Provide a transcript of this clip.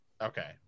Okay